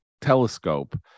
telescope